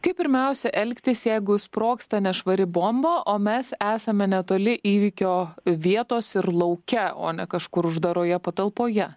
kaip pirmiausia elgtis jeigu sprogsta nešvari bomba o mes esame netoli įvykio vietos ir lauke o ne kažkur uždaroje patalpoje